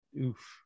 Oof